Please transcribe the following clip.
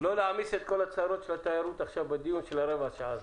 לא להעמיס את כל הצרות של התיירות עכשיו בדיון הזה של רבע שעה.